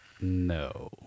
No